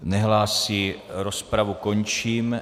Nehlásí, rozpravu končím.